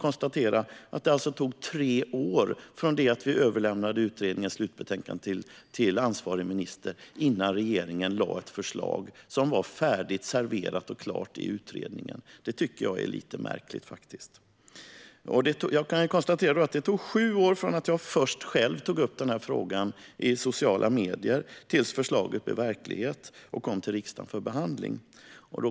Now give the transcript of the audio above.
Det tog alltså tre år från det att vi överlämnade utredningens slutbetänkande till ansvarig minister tills regeringen lade fram ett förslag, som var färdigt, serverat och klart i utredningen. Det är faktiskt lite märkligt. Det tog sju år från att jag själv tog upp den här frågan i sociala medier första gången tills förslaget blev verklighet och kom till riksdagen för behandling.